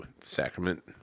sacrament